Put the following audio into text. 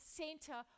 center